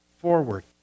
forward